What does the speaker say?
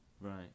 Right